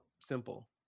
simple